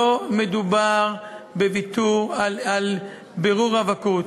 לא מדובר בוויתור על בירור רווקות.